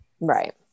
Right